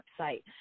website